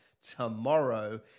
tomorrow